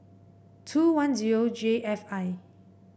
two one zero J F I